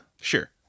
Sure